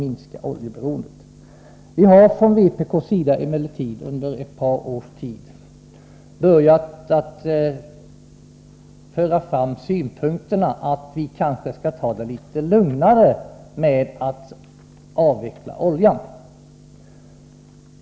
Vi har emellertid från vpk:s sida sedan ett par år tillbaka börjat att föra fram synpunkten att man kanske skall ta det litet lugnare när det gäller att avveckla oljan.